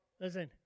Listen